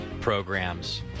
programs